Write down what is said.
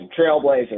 trailblazer